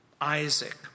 Isaac